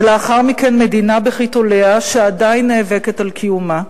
ולאחר מכן מדינה בחיתוליה, שעדיין נאבקת על קיומה.